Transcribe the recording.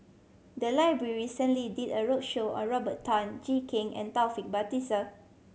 the library recently did a roadshow on Robert Tan Jee Keng and Taufik Batisah